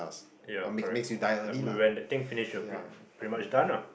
ya correct that when when that thing finished it's pretty much done ah